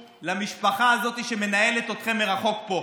אל תיסחפו למשפחה הזאת שמנהלת אתכם מרחוק פה.